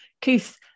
Keith